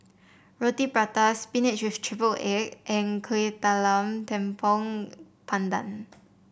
Roti Prata spinach with triple egg and Kueh Talam Tepong Pandan